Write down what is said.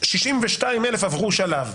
יודע ש-462,000 עברו שלב.